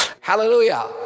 Hallelujah